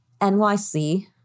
NYC